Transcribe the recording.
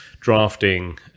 drafting